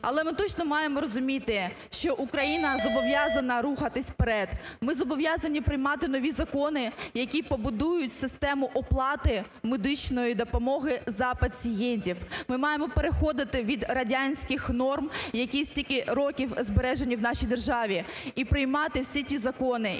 Але ми точно маємо розуміти, що Україна зобов'язана рухатися вперед, ми зобов'язані приймати нові закони, які побудують систему оплати медичної допомоги за пацієнтів. Ми маємо переходити від радянських норм, які стільки років збережені в нашій державі, і приймати всі ті закони,